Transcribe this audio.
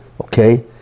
okay